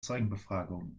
zeugenbefragung